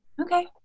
Okay